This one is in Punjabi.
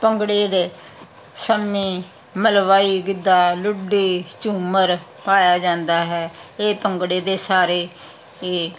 ਭੰਗੜੇ ਦੇ ਸੰਮੀ ਮਲਵਾਈ ਗਿੱਧਾ ਲੁੱਡੀ ਝੂੰਮਰ ਪਾਇਆ ਜਾਂਦਾ ਹੈ ਇਹ ਭੰਗੜੇ ਦੇ ਸਾਰੇ ਇਹ